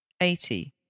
eighty